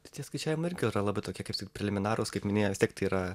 tai tie skaičiavimai irgi yra laba tokie kaip s preliminarūs kaip minėjau vis tiek tai yra